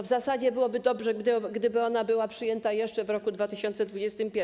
W zasadzie byłoby dobrze, gdyby ona była przyjęta jeszcze w roku 2021.